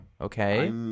okay